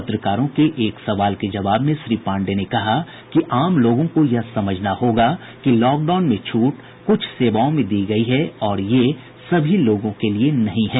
पत्रकारों के एक सवाल के जवाब में श्री पांडेय ने कहा कि आम लोगों यह समझना होगा कि लॉकडाउन में छूट कुछ सेवाओं में दी गयी है और ये सभी लोगों के लिए नहीं है